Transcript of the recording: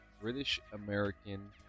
British-American